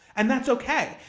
and that's ok.